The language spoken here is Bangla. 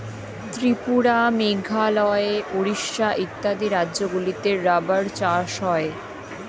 ত্রিপুরা, মেঘালয়, উড়িষ্যা ইত্যাদি রাজ্যগুলিতে রাবার চাষ হয়